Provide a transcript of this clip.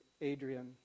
Adrian